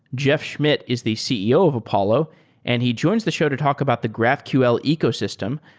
jeff schmidt is the ceo of apollo and he joins the show to talk about the graphql ecosystem,